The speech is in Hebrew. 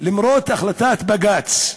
למרות החלטת בג"ץ,